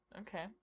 Okay